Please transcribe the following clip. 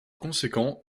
conséquent